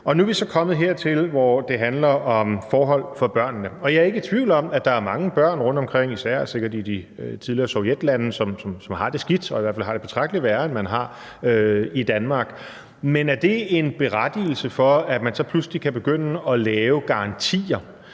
Nu er vi så kommet hertil, hvor det handler om forhold for børnene, og jeg er ikke i tvivl om, at der er mange børn rundtomkring – sikkert især i de tidligere Sovjetlande – som har det skidt og i hvert fald betragtelig værre, end man har i Danmark. Men er det en berettigelse til, at man så pludselig kan begynde at lave garantier?